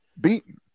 beaten